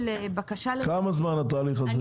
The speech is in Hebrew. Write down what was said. בקשה --- כמה זמן התהליך הזה לוקח?